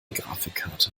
grafikkarte